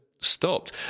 stopped